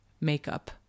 makeup